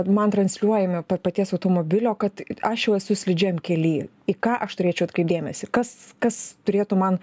man transliuojami paties automobilio kad aš jau esu slidžiam kely į ką aš turėčiau atkreipt dėmesį kas kas turėtų man